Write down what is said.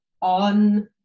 on